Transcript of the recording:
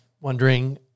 wondering